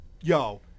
yo